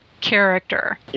character